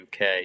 UK